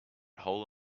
hole